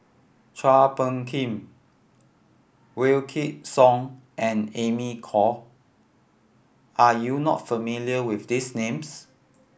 Chua Phung Kim Wykidd Song and Amy Khor are you not familiar with these names